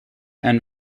and